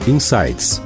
Insights